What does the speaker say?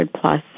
plus